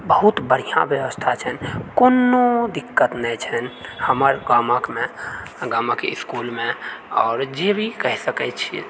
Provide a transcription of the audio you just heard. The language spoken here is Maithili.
बहुत बढ़िआँ व्यवस्था छनि कोनो दिक्कत नहि छनि हमर गामकमे गामक इस्कूलमे आओर जे भी कहि सकैत छियै